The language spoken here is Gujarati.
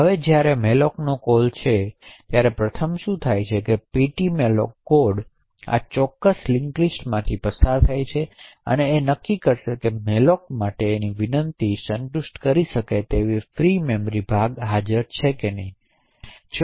હવે જ્યારે malloc નો કોલ છે ત્યારે પ્રથમ શું થાય કે ptmalloc કોડ અને આ ચોક્કસ લિંક લિસ્ટમાંથી પસાર થશે અને નક્કી કરશે કે malloc માટે વિનંતી સંતુષ્ટ કરી શકે તેવી ફ્રી મેમરી ભાગ છે કે નહીં